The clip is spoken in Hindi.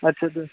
अच्छा तो